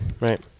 Right